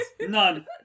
None